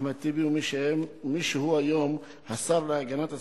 אחמד טיבי ומי שהוא היום השר להגנת הסביבה,